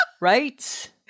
Right